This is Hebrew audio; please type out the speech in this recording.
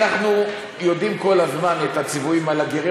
אנחנו יודעים כל הזמן את הציוויים על הגרים.